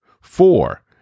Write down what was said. Four